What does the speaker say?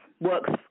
works